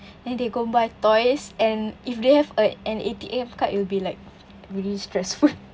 then they go and buy toys and if they have a an A_T_M card it will be like really stressful